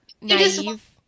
naive